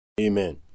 Amen